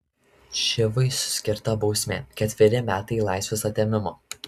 čivui skirta bausmė ketveri metai laisvės atėmimo